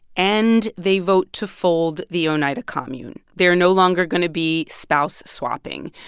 and they vote to fold the oneida commune. they're no longer going to be spouse swapping.